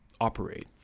operate